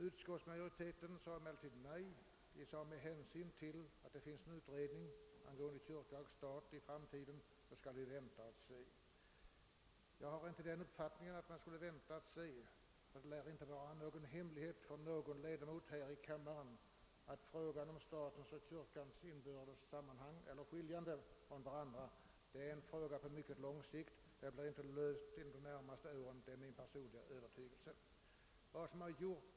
Utskottsmajoriteten sade emellertid nej — med hänsyn till att beredningen stat—kyrka arbetar bör vi vänta och se, menade utskottsmajoriteten. Jag för min del har inte denna uppfattning. Det är väl ingen hemlighet för någon här i kammaren att frågan om statens och kyrkans inbördes relationer är en fråga på lång sikt — den blir inte löst inom de närmaste åren. Detta är min övertygelse.